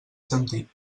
sentit